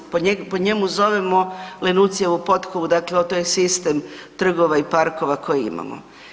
Po njemu zovemo Lenucijevu potkovi, dakle to je sistem trgova i parkova koje imamo.